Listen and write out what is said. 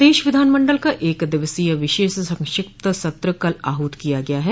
प्रदेश विधान मंडल का एक दिवसीय विशेष संक्षिप्त सत्र कल आहूत किया गया है